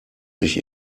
sich